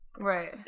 Right